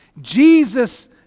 Jesus